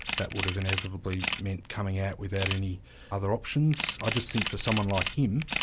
that would have inevitably meant coming out without any other options. i just think for someone like him,